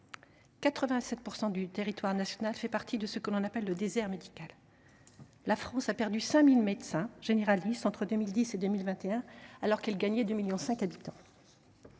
87 % du territoire national fait partie de ce que l’on nomme le désert médical. La France a perdu 5 000 médecins généralistes entre 2010 et 2021, alors qu’elle gagnait 2,5 millions habitants.